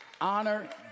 Honor